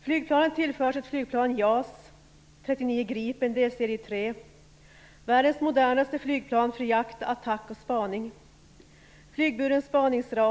Flygvapnet tillförs ett flygplan - JAS 39 Gripen, delserie 3. Det är världens modernaste flygplan för jakt, attack och spaning.